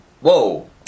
Whoa